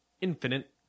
Infinite